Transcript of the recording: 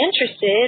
interested